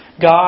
God